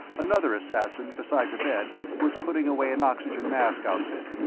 another assassin, beside the bed, was putting away an oxygen-mask outfit,